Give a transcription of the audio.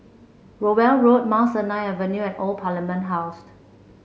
Rowell Road Mount Sinai Avenue and Old Parliament House